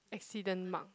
accident mark